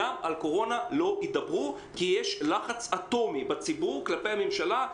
אז על הקורונה כבר לא ידברו כי יש לחץ אטומי בציבור כלפי הממשלה,